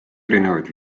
erinevaid